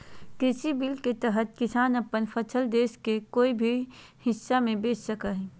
कृषि बिल के तहत किसान अपन फसल देश के कोय भी हिस्सा में बेच सका हइ